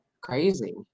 Crazy